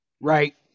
Right